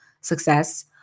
success